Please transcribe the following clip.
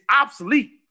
obsolete